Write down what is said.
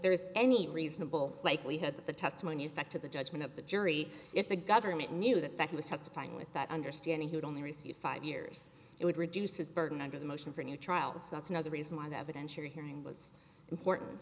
there is any reasonable likelihood that the testimony affected the judgment of the jury if the government knew that that he was testifying with that understanding he would only receive five years it would reduce his burden under the motion for a new trial so that's another reason why the evidence you're hearing was important